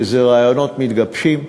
שאלה רעיונות מתגבשים.